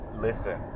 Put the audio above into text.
listen